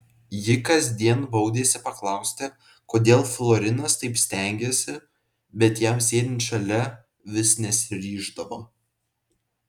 ji kasdien baudėsi paklausti kodėl florinas taip stengiasi bet jam sėdint šalia vis nesiryždavo